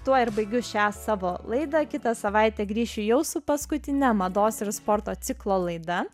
tuo ir baigiu šią savo laidą kitą savaitę grįšiu jau su paskutine mados ir sporto ciklo laida